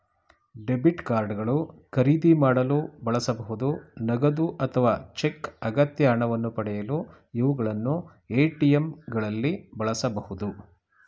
debit card ಗಳು ಖರೀದಿ ಮಾಡಲು ಬಳಸಬಹುದು ನಗದು ಅಥವಾ ಚೆಕ್ ಅಗತ್ಯ ಹಣವನ್ನು ಪಡೆಯಲು ಇವುಗಳನ್ನು ಎ.ಟಿ.ಎಂ ಗಳಲ್ಲಿ ಬಳಸಬಹುದು